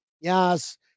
Yes